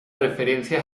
referencia